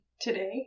today